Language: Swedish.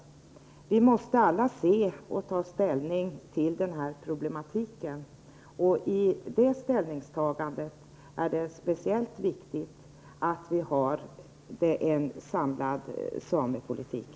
Alla måste vi se och ta ställning till den här problematiken. Vid det ställningstagandet är det speciellt viktigt att ha en samlad samepolitik.